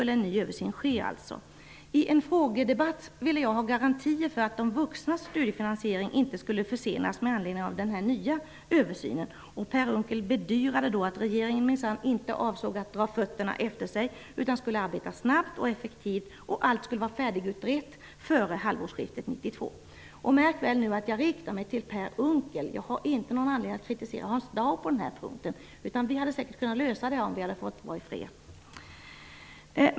En ny översyn skulle ske. I en frågedebatt ville jag ha garantier för att de vuxnas studiefinansieringen inte skulle försenas med anledning av den nya översynen. Per Unckel bedyrade då att regeringen minsann inte avsåg att dra fötterna efter sig utan skulle arbeta snabbt och effektivt. Allt skulle vara färdigutrett före halvårsskiftet 1992. Märk väl att jag nu riktar mig till Per Unckel. Jag har inte någon anledning att kritisera Hans Dau på denna punkt. Vi hade säkert kunnat lösa problemen, om vi hade fått vara i fred.